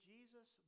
Jesus